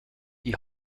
die